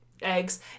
Eggs